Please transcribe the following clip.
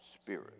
spirit